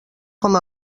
com